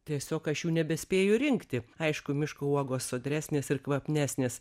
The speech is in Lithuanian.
tiesiog aš jų nebespėju rinkti aišku miško uogos sodresnės ir kvapnesnės